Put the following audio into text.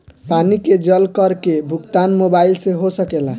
पानी के जल कर के भुगतान मोबाइल से हो सकेला का?